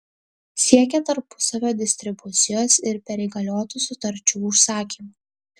siekia tarpusavio distribucijos ir perįgaliotų sutarčių užsakymų